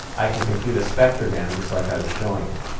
i can compute a spectrogram just like i was showing you.